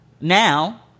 now